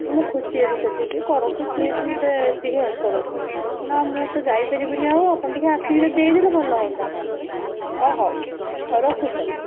ମୁଁ ଖୁସି ହେବି ସେତିକି ଟିକେ କରନ୍ତୁ ପ୍ଲିଜ୍ ମୋତେ ଟିକେ ହେଲ୍ପ କରନ୍ତୁ ନା ମୁଁ ତ ଯାଇ ପାରିବିନି ଆଉ ଆପଣ ଟିକେ ଆସିକି ଯଦି ଦେଇଦେବେ ଭଲ ହୁଅନ୍ତା ହ ହଉ ରଖୁଛି ତା'ହେଲେ